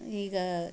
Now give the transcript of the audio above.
ಈಗ